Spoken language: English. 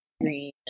green